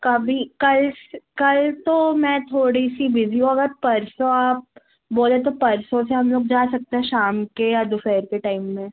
कभी कल कल तो मैं थोड़ी सी बिज़ी हूँ अगर परसों आप बोले तो परसों से हम लोग जा सकते हैं शाम के या दोपहर के टाइम में